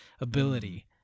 ability